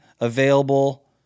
available